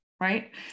right